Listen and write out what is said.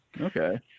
okay